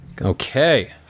Okay